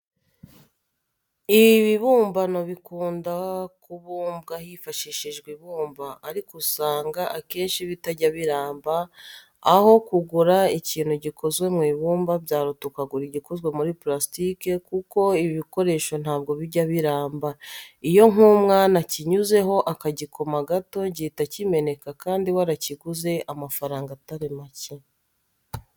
Ibibumbano bikunda kubumbwa hifashishijwe ibumba ariko usanga akenshi bitajya biramba. Aho kugura ikintu gikoze mu ibumba byaruta ukagura igikoze muri parasitike kuko ibi bikoresho ntabwo bijya biramba. Iyo nk'umwana akinyuzeho akagikoma gato gihita kimeneka kandi warakiguze amafaranga atari make.